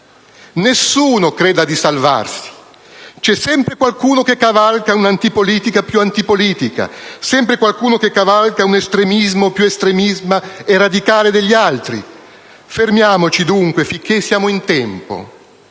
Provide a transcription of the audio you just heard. nessuno creda di salvarsi! C'è sempre qualcuno che cavalca un'antipolitica più antipolitica, qualcuno che cavalca un estremismo più estremista e radicale degli altri. Fermiamoci dunque finché siamo in tempo.